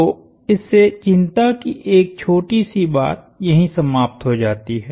तो इससे चिंता की एक छोटी सी बात यही समाप्त हो जाती है